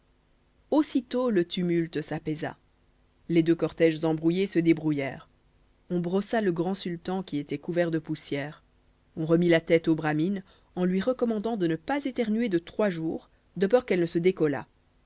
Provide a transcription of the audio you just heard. aussitôt le tumulte s'apaisa les deux cortèges embrouillés se débrouillèrent on brossa le grand sultan qui était couvert de poussière on remit la tète au bramine en lui recommandant de ne pas éternuer de trois jours de peur qu'elle ne se décollât